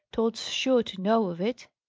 tod's sure to know of it.